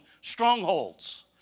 strongholds